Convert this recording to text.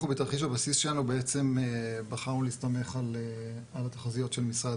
בתרחיש הבסיס שלנו בחרנו להסתמך על התחזיות של משרד